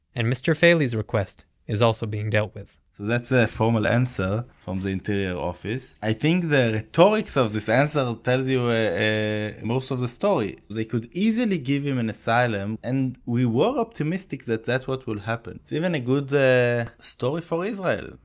and mr. feili's request is also being dealt with. so that's a formal answer from the interior office. i think the rhetorics of this answer tells you ah most of the story. they could easily give him an asylum. and we were optimistic that that's what will happen. it's even a good story for israel.